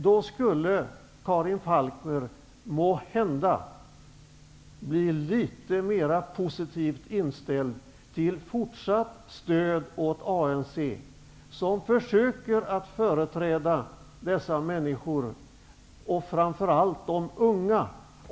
Då skulle Karin Falkmer måhända bli litet mer positivt inställd till fortsatt stöd åt ANC, som försöker att företräda dessa människor -- framför allt de unga.